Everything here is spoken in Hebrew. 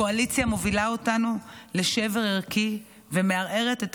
הקואליציה מובילה אותנו לשבר ערכי ומערערת את